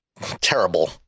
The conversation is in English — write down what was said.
terrible